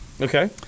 okay